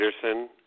Peterson